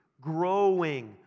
Growing